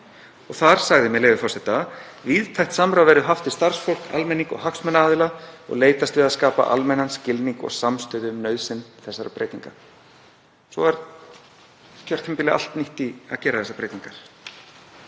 og þar sagði, með leyfi forseta: „Víðtækt samráð verður haft við starfsfólk, almenning og hagsmunaaðila og leitast við að skapa almennan skilning og samstöðu um nauðsyn þessara breytinga.“ Svo var kjörtímabilið allt nýtt í að gera þessar breytingar.